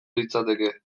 litzateke